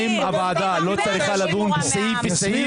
האם הוועדה לא צריכה לדון סעיף סעיף,